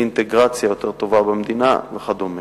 לאינטגרציה יותר טובה במדינה וכדומה.